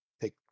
take